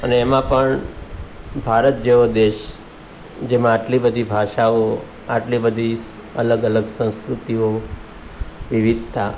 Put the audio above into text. અને એમાં પણ ભારત જેવો દેશ જેમાં આટલી બધી ભાષાઓ આટલી બધી અલગ અલગ સંસ્કૃતિઓ વિવિધતા